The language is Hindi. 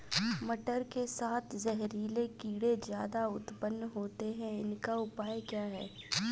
मटर के साथ जहरीले कीड़े ज्यादा उत्पन्न होते हैं इनका उपाय क्या है?